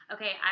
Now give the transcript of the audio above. Okay